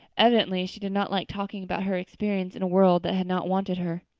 evidently she did not like talking about her experiences in a world that had not wanted her.